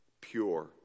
pure